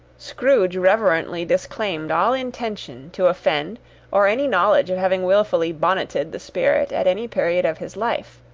scrooge reverently disclaimed all intention to offend or any knowledge of having wilfully bonneted the spirit at any period of his life.